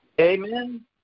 Amen